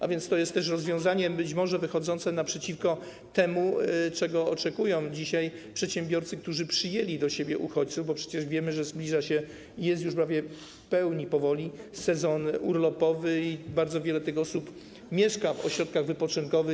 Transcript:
A więc to jest też rozwiązanie być może wychodzące naprzeciw temu, czego oczekują dzisiaj przedsiębiorcy, którzy przyjęli do siebie uchodźców, bo przecież wiemy, że zbliża się powoli, jest już prawie w pełni sezon urlopowy, a bardzo wiele tych osób mieszka w ośrodkach wypoczynkowych.